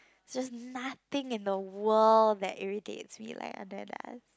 just nothing in the world that irritates me like Aneda